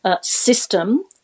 system